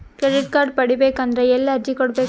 Credit card ಪಡಿಬೇಕು ಅಂದ್ರ ಎಲ್ಲಿ ಅರ್ಜಿ ಕೊಡಬೇಕು?